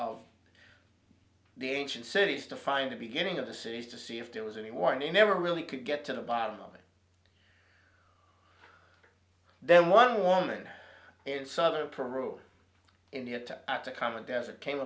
of the ancient cities to find the beginning of the cities to see if there was anyone you never really could get to the bottom of it then one woman in southern peru india to have to come and desert came